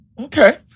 Okay